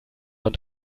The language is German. und